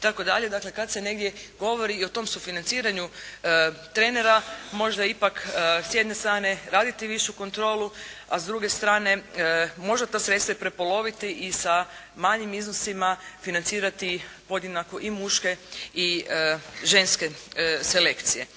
Dakle, kada se negdje govorio i o tom sufinanciranju trenera možda ipak s jedne strane raditi višu kontrolu, a s druge strane možda ta sredstva i prepoloviti i sa manjim iznosima financirati podjednako i muške i ženske selekcije.